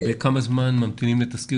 נערים מכל המגזרים לא ממתינים אצלנו לתסקירים.